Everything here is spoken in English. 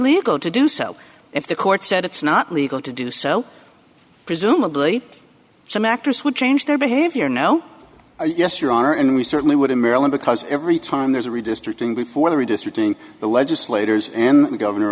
legal to do so if the court said it's not legal to do so presumably some actors would change their behavior no yes your honor and we certainly would in maryland because every time there's a redistricting before the redistricting the legislators and the governor